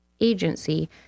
Agency